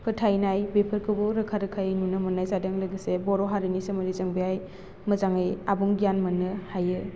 फोथायनाय बेफोरखौबो रोखा रोखायै नुनो मोन्नाय जादों लोगोसे बर' हारिनि सोमोन्दै जों बेहाय मोजाङै आबुं गियान मोन्नो हायो